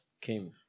came